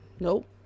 Nope